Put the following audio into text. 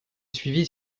suivi